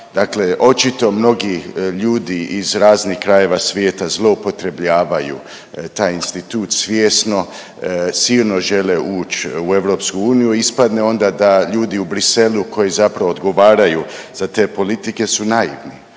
očito mnogi ljudi iz raznih krajeva svijeta zloupotrebljavaju taj institut svjesno, silno žele uć u EU, ispadne onda da ljudi u Briselu koji zapravo odgovaraju za te politike su naivni,